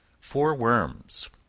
for worms.